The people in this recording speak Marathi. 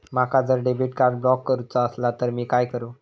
माका जर डेबिट कार्ड ब्लॉक करूचा असला तर मी काय करू?